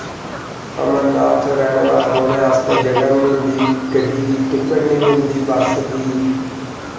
अमरनाथ रौह्ने आस्तै जगह नेईं होंदी गड्डी दी टिक्कट नेईं मिलदी बस्स दी